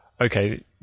Okay